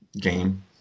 game